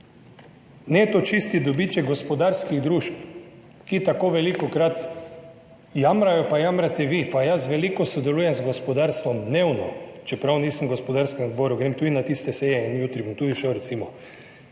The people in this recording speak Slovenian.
Neto čisti dobiček gospodarskih družb, ki tako velikokrat jamrajo, tudi vi jamrate, pa jaz veliko sodelujem z gospodarstvom, dnevno, čeprav nisem v gospodarskem odboru, grem tudi na tiste seje in tudi jutri bom šel, recimo